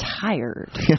tired